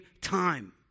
time